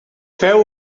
feu